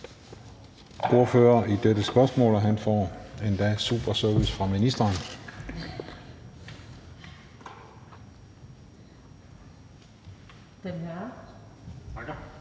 ordfører i denne sag, og han får endda super service fra ministeren i form af